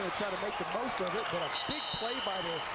try to make the most of it, but a big play by the